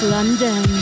London